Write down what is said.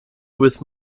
with